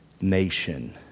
nation